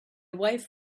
wife